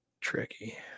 tricky